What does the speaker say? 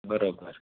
बरोबर